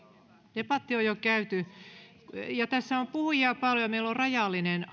debatti on jo käyty ja tässä on puhujia paljon ja meillä on rajallinen